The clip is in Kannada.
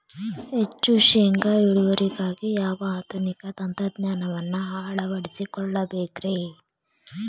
ಹೆಚ್ಚು ಶೇಂಗಾ ಇಳುವರಿಗಾಗಿ ಯಾವ ಆಧುನಿಕ ತಂತ್ರಜ್ಞಾನವನ್ನ ಅಳವಡಿಸಿಕೊಳ್ಳಬೇಕರೇ?